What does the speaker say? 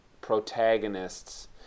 protagonists